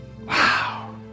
Wow